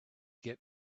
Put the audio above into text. get